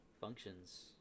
functions